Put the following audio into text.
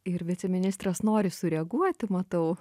ir viceministras nori sureaguoti matau